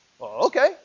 Okay